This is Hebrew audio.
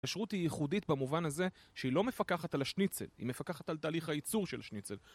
השירות היא ייחודית במובן הזה שהיא לא מפקחת על השניצל, היא מפקחת על תהליך הייצור של השניצל.